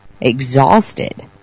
exhausted